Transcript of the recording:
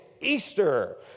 Easter